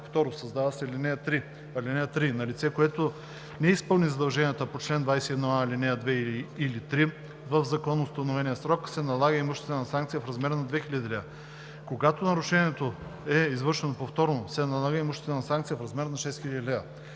лв.“ 2. Създава се ал. 3: „(3) На лице, което не изпълни задължение по чл. 21а, ал. 2 или 3 в законоустановения срок, се налага имуществена санкция в размер на 2000 лв. Когато нарушението е извършено повторно, се налага имуществена санкция в размер на 6000 лв.“